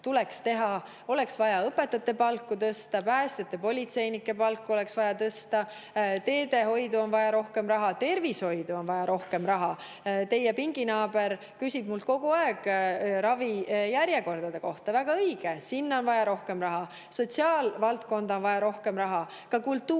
tuleks teha: oleks vaja õpetajate palka tõsta, oleks vaja päästjate ja politseinike palka tõsta, teehoidu on vaja rohkem raha, tervishoidu on vaja rohkem raha. Teie pinginaaber küsib mult kogu aeg ravijärjekordade kohta. Väga õige, sinna on vaja rohkem raha. Sotsiaalvaldkonda on vaja rohkem raha. Ka kultuuri me